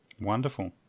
wonderful